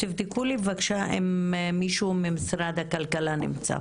תבדקו לי בבקשה אם מישהו ממשרד הכלכלה נמצא.